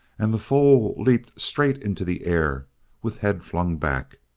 and the foal leaped straight into the air with head flung back.